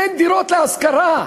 אין דירות להשכרה.